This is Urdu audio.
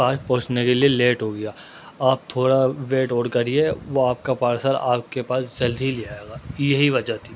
پاس پہنچنے کے لیے لیٹ ہو گیا آپ تھوڑا ویٹ اور کریے وہ آپ کا پارسل آپ کے پاس جلد ہی لے آئے گا یہی وجہ تھی